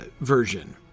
version